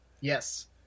Yes